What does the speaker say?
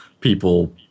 people